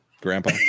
Grandpa